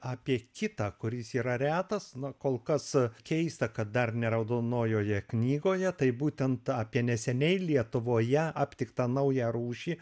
apie kitą kuris yra retas nu kol kas keista kad dar ne raudonojoje knygoje tai būtent apie neseniai lietuvoje aptiktą naują rūšį